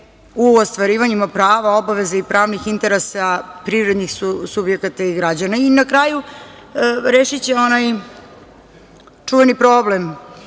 u ostvarivanju prava, obaveza i pravnih interesa privrednih subjekata i građana. Na kraju, rešićemo onaj čuveni problem.